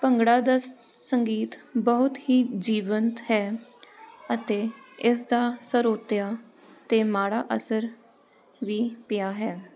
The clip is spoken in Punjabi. ਭੰਗੜਾ ਦਾ ਸੰਗੀਤ ਬਹੁਤ ਹੀ ਜੀਵੰਤ ਹੈ ਅਤੇ ਇਸ ਦਾ ਸਰੋਤਿਆ 'ਤੇ ਮਾੜਾ ਅਸਰ ਵੀ ਪਿਆ ਹੈ